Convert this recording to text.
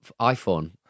iPhone